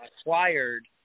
acquired –